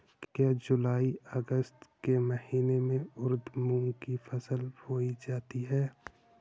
क्या जूलाई अगस्त के महीने में उर्द मूंग की फसल बोई जाती है?